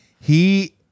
he-